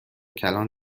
کلان